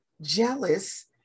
jealous